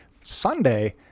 Sunday